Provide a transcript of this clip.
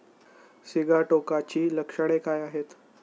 सिगाटोकाची लक्षणे काय आहेत?